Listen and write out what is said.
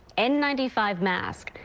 n ninety five masks,